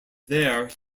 there